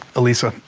elissa,